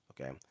Okay